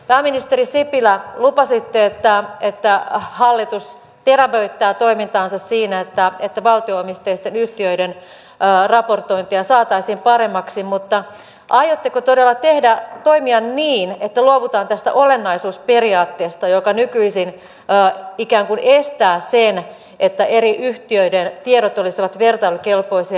pääministeri sipilä lupasitte että hallitus terävöittää toimintaansa siinä että valtio omisteisten yhtiöiden raportointia saataisiin paremmaksi mutta aiotteko todella toimia niin että luovutaan tästä olennaisuusperiaatteesta joka nykyisin ikään kuin estää sen että eri yhtiöiden tiedot olisivat vertailukelpoisia